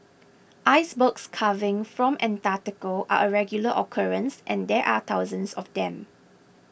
icebergs calving from Antarctica are a regular occurrence and there are thousands of them